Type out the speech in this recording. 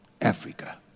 Africa